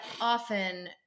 often